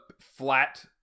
flat